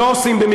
לא עושים.